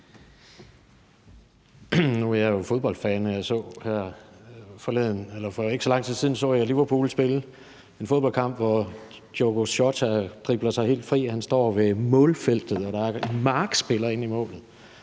Nu er jeg jo fodboldfan, og her for ikke så lang tid siden så jeg Liverpool spille en fodboldkamp: Diogo Jota dribler sig helt fri, han står ved målfeltet, og der er en markspiller inde i målet,